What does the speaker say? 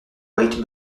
white